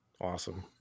awesome